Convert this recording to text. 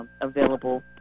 available